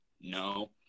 no